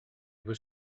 were